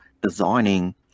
designing